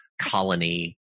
colony